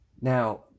Now